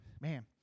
man